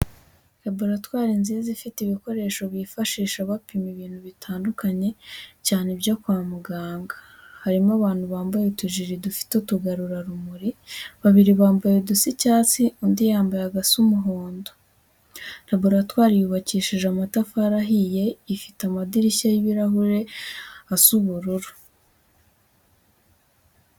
Laboratwari nziza ifite ibikoresho bifashisha bapima ibintu bitandukanye cyane ibyo kwa muganga, harimo abantu bambaye utujire dufite urugarura rumuri, babiri bambaye udusa icyatsi, undi yambaye agasa umuhondo. Laboratwari yubakishije amatafari ahiye, ifite amadirishya y'ibirahure asa ubururu.